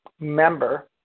member